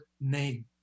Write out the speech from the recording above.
name